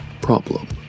problem